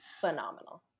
phenomenal